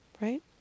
right